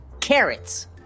carrots